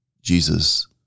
jesus